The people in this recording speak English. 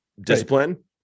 discipline